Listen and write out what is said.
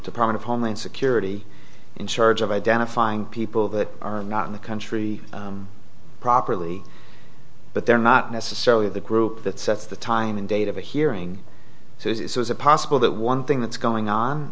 promise of homeland security in charge of identifying people that are not in the country properly but they're not necessarily the group that sets the time and date of a hearing so this is a possible that one thing that's going on